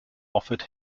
offered